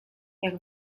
jak